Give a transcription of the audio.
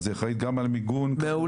אז היא אחראית גם על מיגון --- מעולה,